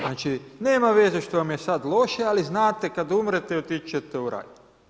Znači nema veze što vam je sada loše ali znate kada umrete otići ćete u raj.